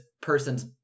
person's